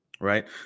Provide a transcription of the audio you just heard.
right